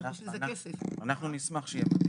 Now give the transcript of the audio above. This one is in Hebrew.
אנחנו נשמח שיהיה.